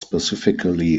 specifically